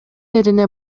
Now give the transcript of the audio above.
элине